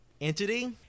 entity